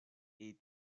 est